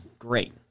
great